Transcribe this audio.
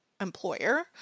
employer